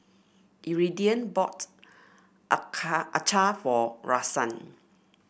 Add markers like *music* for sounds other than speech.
Iridian bought *unintelligible* acar for Rahsaan